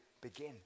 begin